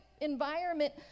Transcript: environment